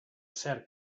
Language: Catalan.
cert